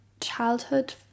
childhood